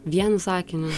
vienu sakiniu